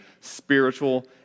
spiritual